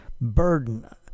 burden